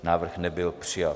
Návrh nebyl přijat.